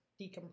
decompress